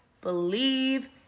believe